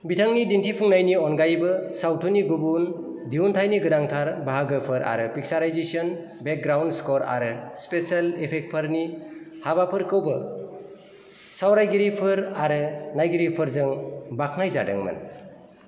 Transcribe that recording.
बिथांनि दिन्थिफुंनायनि अनगायैबो सावथुननि गुबुन दिहुन्थायनि गोनांथार बाहागोफोर आरो पिक्साराइजेसन बेकग्राउन्ड स्कर आरो स्पेसेल इफेक्टफोरनि हाबाफोरखौबो सावरायगिरिफोर आरो नायगिरिफोरजों बाख्नायजादोंमोन